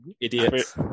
idiot